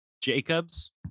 Jacobs